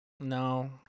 No